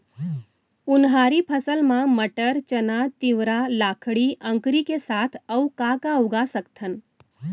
उनहारी फसल मा मटर, चना, तिंवरा, लाखड़ी, अंकरी के साथ अऊ का का उगा सकथन?